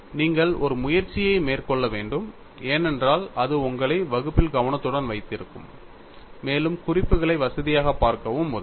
நீங்கள் ஒரு முயற்சியை மேற்கொள்ள வேண்டும் ஏனென்றால் அது உங்களை வகுப்பில் கவனத்துடன் வைத்திருக்கும் மேலும் குறிப்புகளை வசதியாக பார்க்கவும் உதவும்